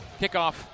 Kickoff